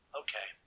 okay